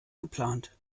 geplant